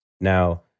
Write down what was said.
Now